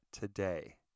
today